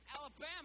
Alabama